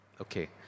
okay